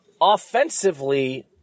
offensively